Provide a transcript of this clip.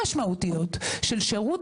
שלום לכולם,